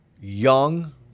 young